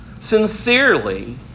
sincerely